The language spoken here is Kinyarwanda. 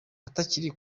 atakiri